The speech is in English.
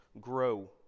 grow